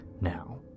now